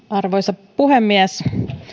arvoisa puhemies